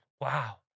Wow